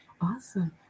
Awesome